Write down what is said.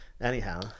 anyhow